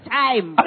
time